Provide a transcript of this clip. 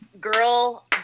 girl